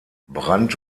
brandt